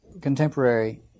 contemporary